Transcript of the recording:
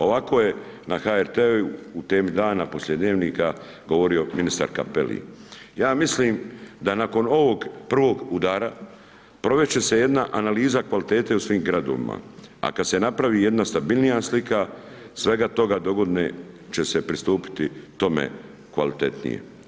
Ovako je na HRT-u u Temi dana poslije Dnevnika govorio ministar Cappelli, ja mislim da nakon ovog prvog udara, provest će se jedna analiza kvalitete u svim gradovima, a kad se napravi jedna stabilnija slika, svega toga dogodine će se pristupiti tome kvalitetnije.